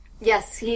Yes